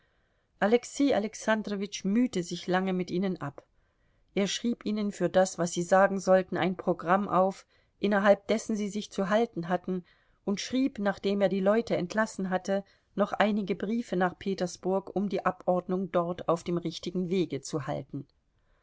alexei alexandrowitsch mühte sich lange mit ihnen ab er schrieb ihnen für das was sie sagen sollten ein programm auf innerhalb dessen sie sich zu halten hatten und schrieb nachdem er die leute entlassen hatte noch einige briefe nach petersburg um die abordnung dort auf dem richtigen wege zu halten